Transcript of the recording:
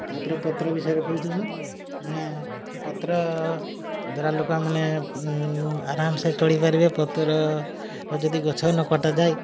ତା'ପରେ ପତ୍ର ବିଷୟରେ କହୁଛି ମୁଁ ମାନେ ପତ୍ର ଧରା ଲୋକମାନେ ଆରାମସେ ଚଳିପାରିବେ ପତ୍ରର ଯଦି ଗଛ ନ କଟାଯାଏ